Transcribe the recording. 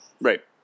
Right